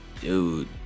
dude